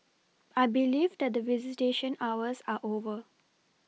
I believe that the visitation hours are over